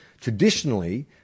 traditionally